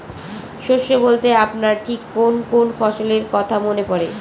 শস্য বলতে আপনার ঠিক কোন কোন ফসলের কথা মনে পড়ে?